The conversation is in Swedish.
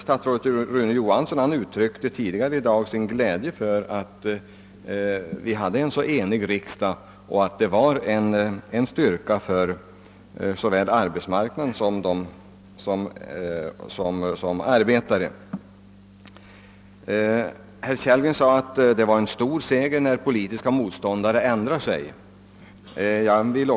Statsrådet Rune Johansson uttryckte tidigare i dag sin glädje över att vi har en så enig riksdag och menade att det är en styrka för såväl själva arbetsmarknaden som de enskilda arbetande. Herr Kellgren sade att det innebär en stor seger att få politiska motståndare att ändra mening och tycka som man själv.